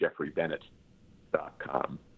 jeffreybennett.com